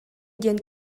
диэн